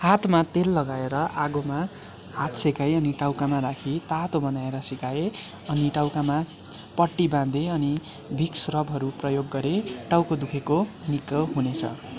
हातमा तेल लगाएर आगोमा हात सेकाइ अनि टाउकामा राखी तातो बनाएर सेकाए अनि टाउकामा पट्टी बाँधी अनि भिक्स स्रपहरू प्रयोग गरे टाउको दुखेको निको हुनेछ